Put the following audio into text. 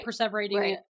perseverating